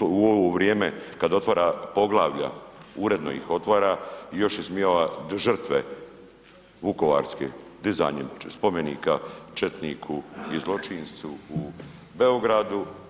u ovo vrijeme kad otvara poglavlja, uredno ih otvara i još ismijava žrtve vukovarske, dizanjem spomenika četniku i zločincu u Beogradu.